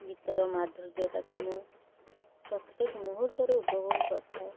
ଗୀତର ମାଧୁର୍ଯ୍ୟତାକୁ ମୁଁ ପ୍ରତ୍ୟେକ ମୁହୂର୍ତ୍ତରେ ଉପଭୋଗ କରିଥାଏ